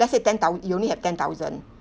let say ten thou~ you only have ten thousand